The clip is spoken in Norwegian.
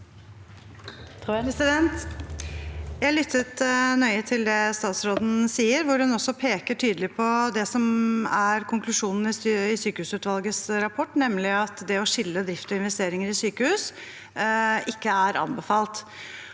Jeg lyttet nøye til det statsråden sa, hvor hun også pekte tydelig på det som er konklusjonen i sykehusutvalgets rapport, nemlig at det å skille drift og investeringer i sykehus ikke er anbefalt.